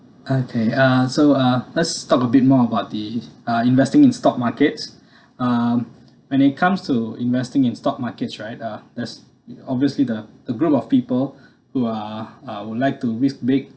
okay uh so uh let's talk a bit more about the uh investing in stock markets um when it comes to investing in stock markets right uh there's obviously the the group of people who are uh would like to risk make